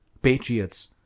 patriots,